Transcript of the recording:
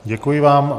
Děkuji vám.